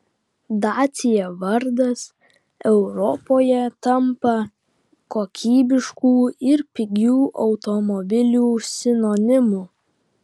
dacia vardas europoje tampa kokybiškų ir pigių automobilių sinonimu